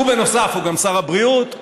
ובנוסף הוא שר הבריאות.